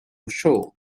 show